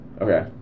Okay